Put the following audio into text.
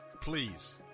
Please